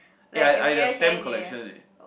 eh I I the stamp collection eh